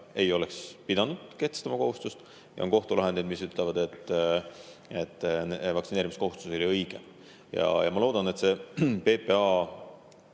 ei oleks pidanud kehtestama seda kohustust, ja on kohtulahendeid, mis ütlevad, et vaktsineerimiskohustus oli õige. Ma loodan, et see PPA